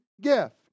gift